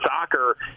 soccer